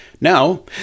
Now